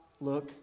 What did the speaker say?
look